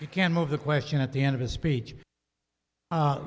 you can move the question at the end of his speech